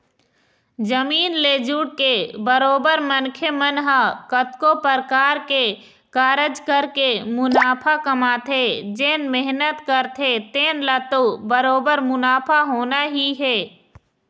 जमीन ले जुड़के बरोबर मनखे मन ह कतको परकार के कारज करके मुनाफा कमाथे जेन मेहनत करथे तेन ल तो बरोबर मुनाफा होना ही हे